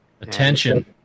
Attention